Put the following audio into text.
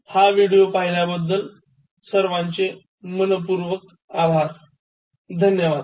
हा व्हिडीओ पाहण्याबद्दल मनापासून धन्यवाद